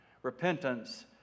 Repentance